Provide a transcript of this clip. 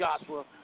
Joshua